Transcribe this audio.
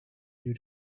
due